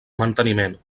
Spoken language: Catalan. manteniment